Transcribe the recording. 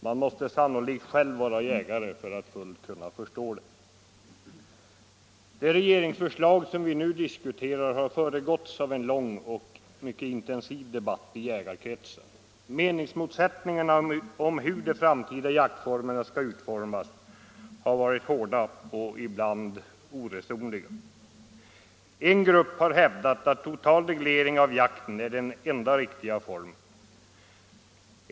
Man måste sannolikt själv vara jägare för att fullt kunna förstå det. Det regeringsförslag som vi nu diskuterar har föregåtts av en lång och mycket intensiv debatt i jägarkretsar. Meningsmotsättningarna om hur den framtida jakten skall utformas har varit hårda och ibland oresonliga. En grupp har hävdat att total reglering av jakten är den enda riktiga formen.